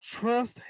trust